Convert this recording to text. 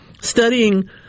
studying